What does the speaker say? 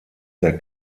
der